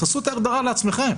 תעשו את ההגדרה לעצמכם.